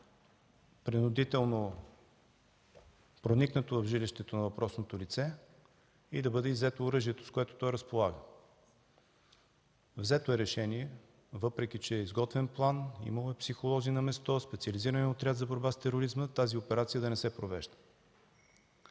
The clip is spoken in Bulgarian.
принудително да бъде проникнато в жилището на въпросното лице и да бъде иззето оръжието, с което той разполага. Взето е решениe – въпреки че е изготвен план, на място е имало психолози, Специализираният отряд за борба с тероризма – тази операция да не се провежда.